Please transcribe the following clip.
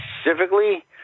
specifically